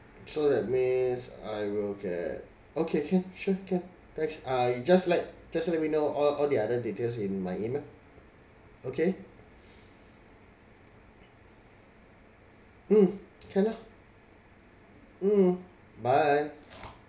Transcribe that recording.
so that means I will get okay can sure can thanks ah you just let just let me know all all the other details in my email okay mm can lah mm bye